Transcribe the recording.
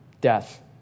death